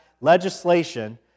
legislation